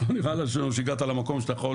לא נראה לה שהגעת למקום שאתה יכול